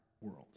world